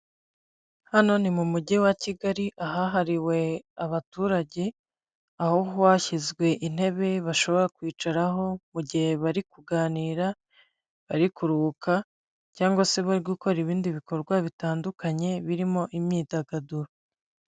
Hano ni mu mujyi wa kigali ahahariwe abaturage, aho hashyizwe intebe bashobora kwicaraho, mu gihe bari kuganira bari kuruhuka, cyangwa se bari gukora ibindi bikorwa bitandukanye birimo imyidagaduro.